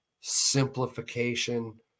simplification